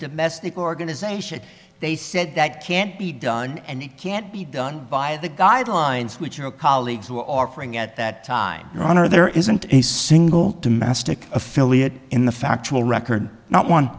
domestic organization they said that can't be done and it can't be done by the guidelines which your colleagues were offering at that time your honor there isn't a single to mastic affiliate in the factual record not one